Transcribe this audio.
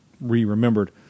re-remembered